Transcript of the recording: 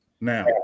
Now